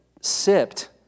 sipped